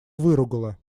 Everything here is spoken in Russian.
выругала